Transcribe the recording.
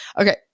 okay